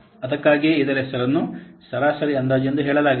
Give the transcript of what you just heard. ಅದಕ್ಕಾಗಿಯೇ ಇದರ ಹೆಸರನ್ನು ಸರಾಸರಿ ಅಂದಾಜು ಎಂದು ಹೇಳಲಾಗಿದೆ